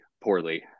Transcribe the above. poorly